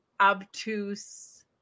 obtuse